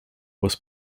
was